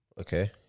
Okay